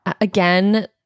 Again